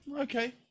Okay